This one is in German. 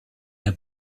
der